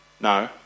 no